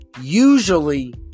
usually